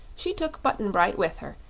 she took button-bright with her,